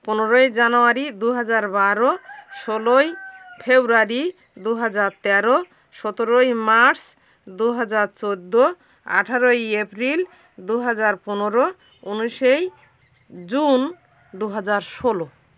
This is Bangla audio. পনেরোই জানুয়ারি দু হাজার বারো ষোলোই ফেব্রুয়ারি দু হাজার তেরো সতেরোই মার্চ দু হাজার চোদ্দো আঠারোই এপ্রিল দু হাজার পনেরো উনিশেই জুন দু হাজার ষোলো